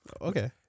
Okay